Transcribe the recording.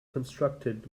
constructed